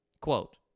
Quote